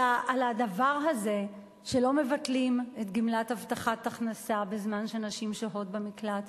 על הדבר הזה שלא מבטלים את גמלת הבטחת הכנסה בזמן שנשים שוהות במקלט.